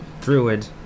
Druid